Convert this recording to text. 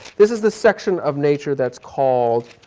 this is the section of nature that's called